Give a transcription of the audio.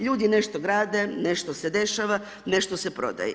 Ljudi nešto grade, nešto se dešava, nešto se prodaje.